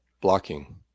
blocking